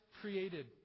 created